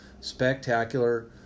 Spectacular